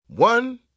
One